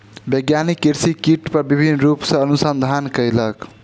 वैज्ञानिक कृषि कीट पर विभिन्न रूप सॅ अनुसंधान कयलक